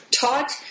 taught